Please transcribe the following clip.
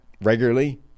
regularly